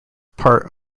part